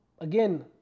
again